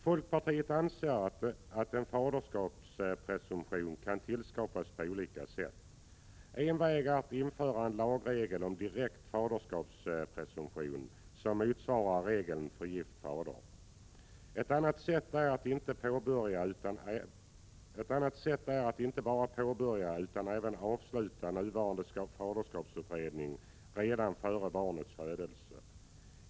Folkpartiet anser att en faderskapspresumtion kan tillskapas på olika sätt. En väg är att införa en lagregel om direkt faderskapspresumtion, som motsvarar regeln för gift fader. Ett annat sätt är att inte bara påbörja utan även avsluta nuvarande faderskapsutredning redan före barnets födelse.